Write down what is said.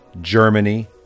Germany